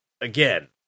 again